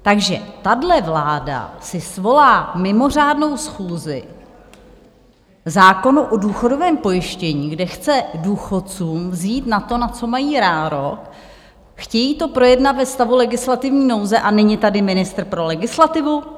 Takže tahle vláda si svolá mimořádnou schůzi k zákonu o důchodovém pojištění, kde chce důchodcům vzít to, na co mají nárok, chtějí to projednat ve stavu legislativní nouze, a není tady ministr pro legislativu?